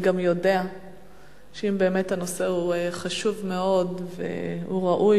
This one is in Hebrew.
והוא גם יודע שאם באמת הנושא חשוב מאוד והוא ראוי,